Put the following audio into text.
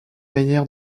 manière